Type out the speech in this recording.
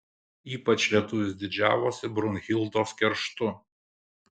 ypač lietuvis didžiavosi brunhildos kerštu